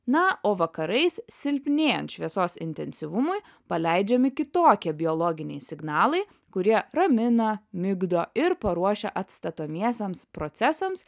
na o vakarais silpnėjant šviesos intensyvumui paleidžiami kitokie biologiniai signalai kurie ramina migdo ir paruošia atstatomiesiams procesams